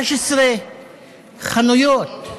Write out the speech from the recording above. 16 חנויות,